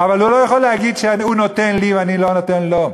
אבל הוא לא יכול להגיד שהוא נותן לי ואני לא נותן לו.